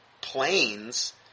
planes